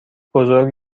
بزرگ